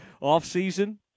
off-season